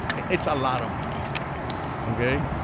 it's a lot of money ok?